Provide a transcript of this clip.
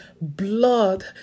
blood